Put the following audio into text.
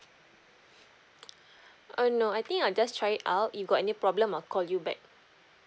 uh no I think I'll just try it out if got any problem I'll call you back